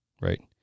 Right